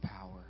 power